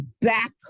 back